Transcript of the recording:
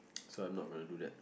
so I'm not gonna do that